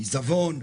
עיזבון,